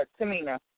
Tamina